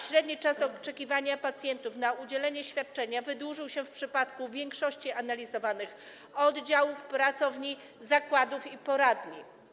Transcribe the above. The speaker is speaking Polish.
Średni czas oczekiwania pacjentów na udzielenie świadczenia wydłużył się w przypadku większości analizowanych oddziałów, pracowni, zakładów i poradni.